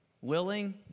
willing